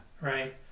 Right